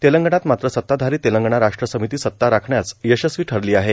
तेलंगणात मात्र सत्ताधारी तेलंगणा राष्ट्र समिती सत्ता राखण्यात यशस्वी ठरली आहे